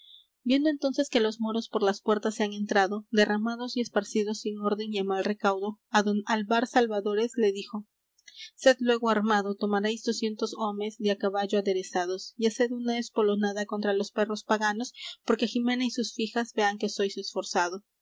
viendo entonces que los moros por las huertas se han entrado derramados y esparcidos sin orden y á mal recaudo á don álvar salvadores le dijo sed luégo armado tomaréis doscientos homes de á caballo aderezados y haced una espolonada contra los perros paganos porque jimena y sus fijas vean que sois esforzado